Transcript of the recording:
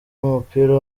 w’umupira